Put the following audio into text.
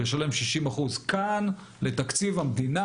שישלם 60% כאן לתקציב המדינה.